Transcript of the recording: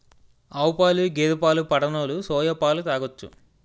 ఆవుపాలు గేదె పాలు పడనోలు సోయా పాలు తాగొచ్చు